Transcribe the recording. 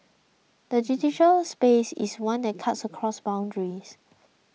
the digital space is one that cuts across boundaries